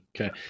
Okay